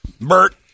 Bert